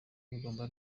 bagomba